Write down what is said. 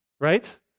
Right